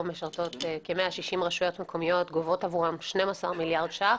משרתות כ-160 רשויות מקומיות וגובות עבורן 12 מיליארד שקלים.